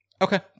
Okay